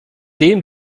dem